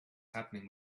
happening